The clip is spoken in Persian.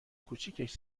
کوچیکش